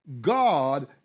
God